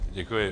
Děkuji.